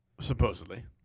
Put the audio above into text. Supposedly